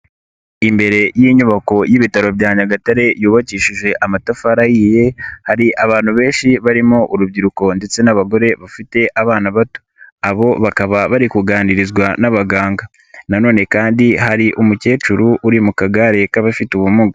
Imbere y'inyubako y'ibitaro bya Nyagatare yubakishije amatafari ahiye, hari abantu benshi barimo urubyiruko ndetse n'abagore bafite abana bato, abo bakaba bari kuganirizwa n'abaganga. Nanone kandi hari umukecuru uri mu kagare k'abafite ubumuga.